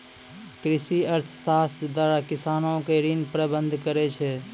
कृषि अर्थशास्त्र द्वारा किसानो के ऋण प्रबंध करै छै